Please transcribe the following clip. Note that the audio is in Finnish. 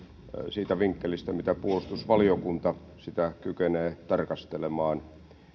siitä vinkkelistä mistä puolustusvaliokunta sitä kykenee tarkastelemaan